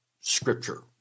scripture